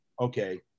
Okay